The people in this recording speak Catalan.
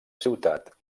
ciutat